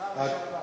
השר לשעבר שומע.